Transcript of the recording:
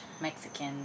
Mexican